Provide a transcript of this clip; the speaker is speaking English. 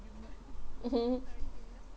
mmhmm